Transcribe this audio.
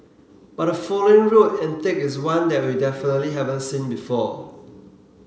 but the following road antic is one that we definitely haven't seen before